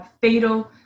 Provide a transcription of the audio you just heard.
fatal